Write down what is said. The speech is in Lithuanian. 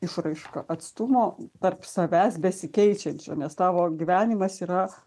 išraiška atstumo tarp savęs besikeičiančio nes tavo gyvenimas yra